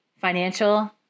financial